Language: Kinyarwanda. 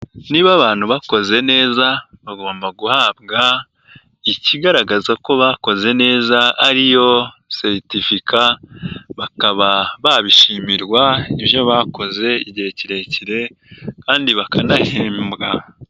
Niba abantu bakoze neza bagomba guhabwa ikigaragaza ko bakoze neza ari yo seritifika, bakaba babishimirwa ibyo bakoze igihe kirekire kandi bakanahembwa.